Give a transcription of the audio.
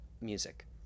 music